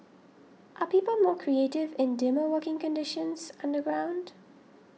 are people more creative in dimmer working conditions underground